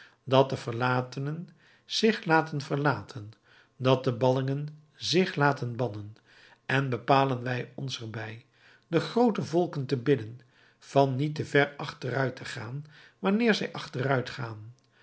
dat de verlatenen zich laten verlaten dat de ballingen zich laten bannen en bepalen wij ons er bij de groote volken te bidden van niet te ver achteruit te gaan wanneer zij achteruit gaan